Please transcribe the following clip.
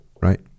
right